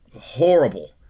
horrible